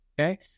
Okay